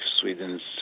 Sweden's